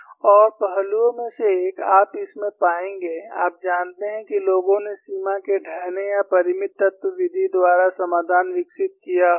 और पहलुओं में से एक आप इस में पाएंगे आप जानते हैं कि लोगों ने सीमा के ढहने या परिमित तत्व विधि द्वारा समाधान विकसित किया होगा